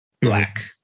black